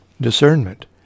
discernment